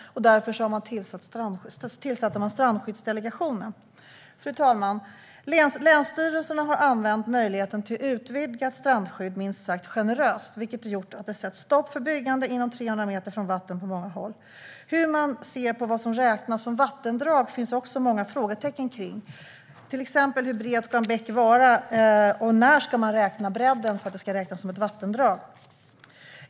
Därför tillsatte man Strandskyddsdelegationen. Fru talman! Länsstyrelserna har använt möjligheten till utvidgat strandskydd minst sagt generöst, vilket gjort att det på många håll sätts stopp för byggande inom 300 meter från vatten. Vad som räknas som vattendrag finns det också många frågetecken kring. Hur bred ska en bäck vara, till exempel? När ska man beräkna bredden? Vad räknas som ett vattendrag?